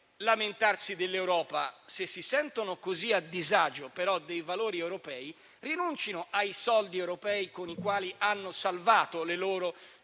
lamentarsi dell'Europa, ma se si sentono così a disagio con i valori europei, rinuncino ai soldi europei con i quali hanno salvato le loro